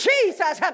Jesus